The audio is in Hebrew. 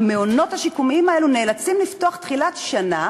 המעונות השיקומיים האלו, נאלצים לפתוח בתחילת שנה